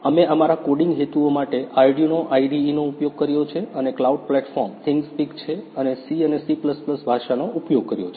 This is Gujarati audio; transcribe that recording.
અમે અમારા કોડિંગ હેતુઓ માટે આર્ડયૂનો IDE નો ઉપયોગ કર્યો છે અને કલાઉડ પ્લેટફોર્મ થિંગસ્પીક છે અને C અને C ભાષાનો ઉપયોગ કર્યો છે